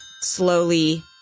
slowly